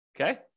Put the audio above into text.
Okay